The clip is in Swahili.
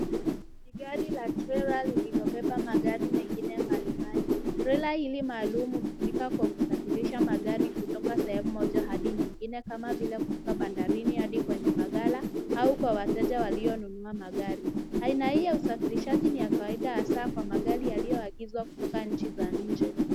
Ni gari la trela lililobeba magari mengine mbalimbali. Trela hili maalum hutumika kwa kusafirisha magari kutoka sehemu moja hadi nyingine kama vile kutoka bandarini hadi kwenye maghala au kwa wateja walionunua magari. Aina hii ya usafirishaji ni ya kawaida hasa kwa magari yaliyoagizwa kutoka nchi za nje.